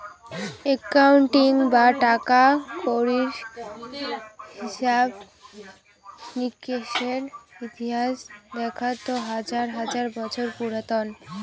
accounting বা টাকা কড়ির হিছাব নিকেসের ইতিহাস দেখাত তো হাজার হাজার বছর পুরাতন